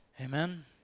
amen